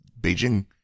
Beijing